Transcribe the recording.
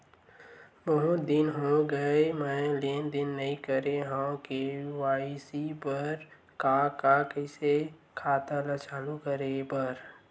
बहुत दिन हो गए मैं लेनदेन नई करे हाव के.वाई.सी बर का का कइसे खाता ला चालू करेबर?